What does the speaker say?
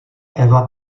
eva